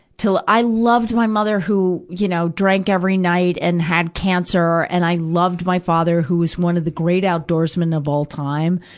til i loved my mother who, you now, know drank every night, and had cancer. and i loved my father, who was one of the great outdoorsman of all time.